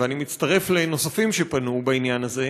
ואני מצטרף לאחרים שפנו בעניין הזה,